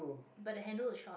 but the handle is short